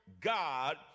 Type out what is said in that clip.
God